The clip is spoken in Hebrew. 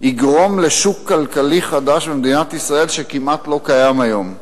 יגרום לשוק כלכלי חדש במדינת ישראל שכמעט לא קיים היום,